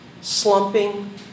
slumping